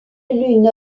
lui